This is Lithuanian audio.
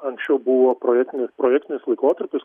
anksčiau buvo projektinis projektinis laikotarpis